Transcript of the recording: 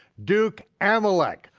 duke amalek,